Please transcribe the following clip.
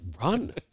run